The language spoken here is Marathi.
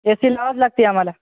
ए सी लावावाच लागतो आहे आम्हाला